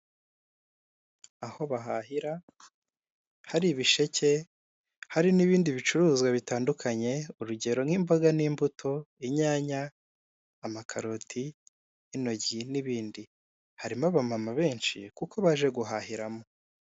Aho bahahira hari ibisheke, hari n'ibindi bicuruzwa bitandukanye, urugero nk'imboga n'imbuto, inyanya, amakaroti, intoryi, n'ibindi. Harimo abamama benshi, kuko baje guhahiramo.